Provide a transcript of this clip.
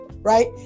right